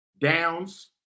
downs